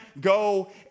go